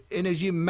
energy